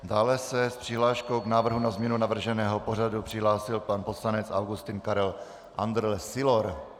Dále se s přihláškou k návrhu na změnu navrženého pořadu přihlásil pan poslanec Augustin Karel Andrle Sylor.